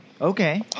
Okay